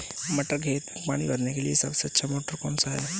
मटर के खेत में पानी भरने के लिए सबसे अच्छा मोटर कौन सा है?